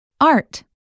Art